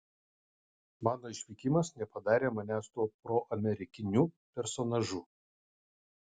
mano išvykimas nepadarė manęs tuo proamerikiniu personažu